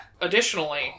Additionally